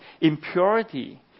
impurity